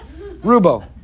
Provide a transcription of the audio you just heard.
Rubo